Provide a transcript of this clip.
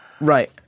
Right